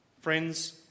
Friends